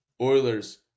Oilers